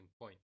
point